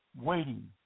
waiting